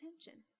attention